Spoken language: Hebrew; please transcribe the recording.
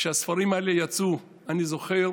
כשהספרים האלה יצאו, אני זוכר